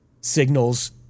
signals